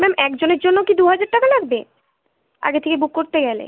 ma'am একজনের জন্য কি দু হাজার টাকা লাগবে আগে থেকে বুক করতে গেলে